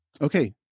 Okay